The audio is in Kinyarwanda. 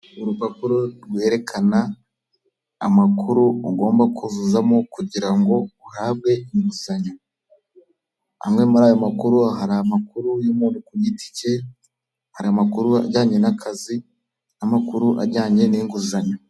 Urupapuro rwerekana amakuru ugomba kuzuzamo kugira ngo uhabwe inguzanyo, amwe muri ayo makuru hari amakuru y'umuntu ku giti cye, hari amakuru ajyanye n'akazi n'amakuru ajyanye n'inguzanyo.